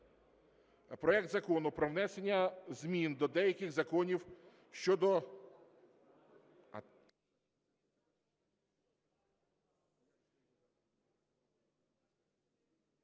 проект Закону про внесення змін до деяких законів щодо...